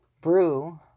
Brew